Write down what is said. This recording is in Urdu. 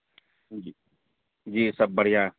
جی جی سب بڑھیا